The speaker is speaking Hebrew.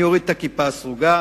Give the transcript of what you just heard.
אני אוריד את הכיפה הסרוגה,